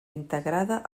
integrada